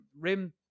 RIM